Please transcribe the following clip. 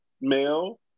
male